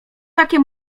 takie